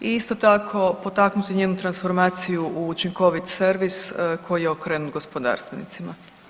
I isto tako potaknuti njenu transformaciju u učinkovit servis koji je okrenut gospodarstvenicima.